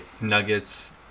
Nuggets